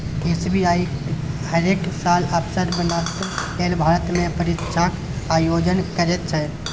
SBI हरेक साल अफसर बनबाक लेल भारतमे परीक्षाक आयोजन करैत छै